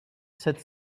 cette